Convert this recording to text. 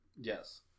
yes